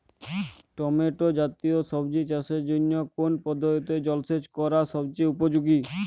Tomato জাতীয় সবজি চাষের জন্য কোন পদ্ধতিতে জলসেচ করা সবচেয়ে উপযোগী?